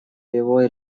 его